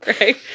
right